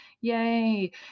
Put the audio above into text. Yay